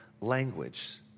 language